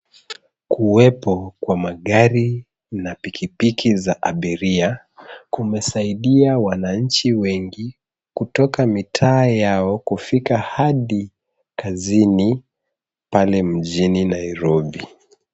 Kuwepo kwa magari na pikipiki za abiria, kumesaidia wananchi wengi kutoka mitaa yao kufika hadi kazini pale mjini Nairobi.